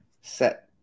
set